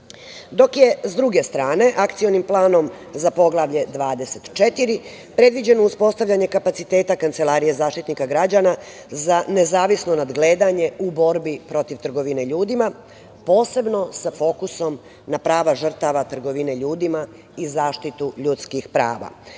torture. S druge strane je Akcioni planom za Poglavlje 24 predviđeno uspostavljanje kapaciteta kancelarije Zaštitnika građana za nezavisno nadgledanje u borbi protiv trgovine ljudima, posebno sa fokusom na prava žrtava trgovine ljudima i zaštitu ljudskih